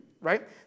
right